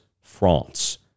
France